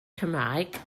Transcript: cymraeg